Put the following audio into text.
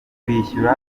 kwishyura